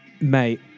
Mate